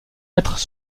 mètres